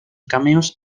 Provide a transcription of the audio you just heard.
cameos